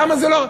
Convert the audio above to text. למה זה לא,